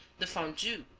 the fondue,